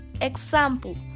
Example